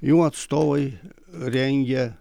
jų atstovai rengia